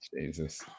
Jesus